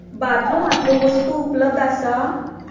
बाथरूमांतल्यो वस्तू उपलब्ध आसा